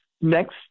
next